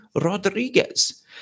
rodriguez